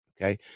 Okay